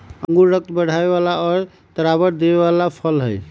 अंगूर रक्त बढ़ावे वाला और तरावट देवे वाला फल हई